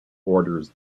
orders